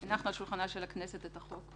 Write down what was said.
על שולחנה של הכנסת את החוק,